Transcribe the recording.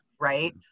right